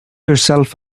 yourself